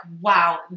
wow